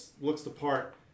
looks-the-part